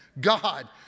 God